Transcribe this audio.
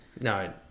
no